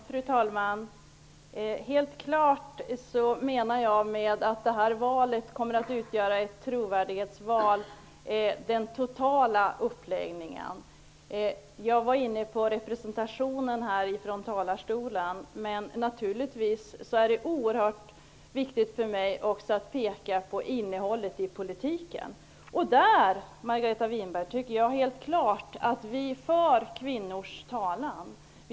Fru talman! Med uttalandet att det här valet kommer att bli ett trovärdighetsval menar jag naturligtvis den totala uppläggningen. Jag talade om representationen, men naturligtvis är innehållet i politiken också oerhört viktigt för mig. Där tycker jag att vi för kvinnors talan, Margareta Winberg.